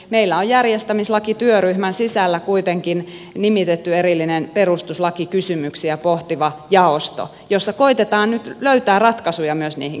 meillä on järjestämislakityöryhmän sisällä kuitenkin nimitetty erillinen perustuslakikysymyksiä pohtiva jaosto jossa koetetaan nyt myös löytää ratkaisuja niihin kysymyksiin